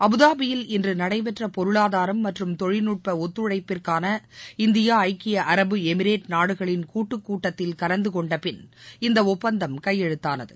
அபுதாபியில் இன்று நடைபெற்ற பொருளாதாரம் மற்றம் தொழில்நட்ப ஒத்தழைப்பிற்கான இந்தியா ஐக்கிய அரபு எமிரேட் நாடுகளின் கூட்டத்தில் கலந்து கொண்டபின் இந்த ஒப்பந்தம் கையெழுத்தானது